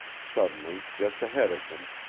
suddenly, just ahead of them,